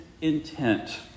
intent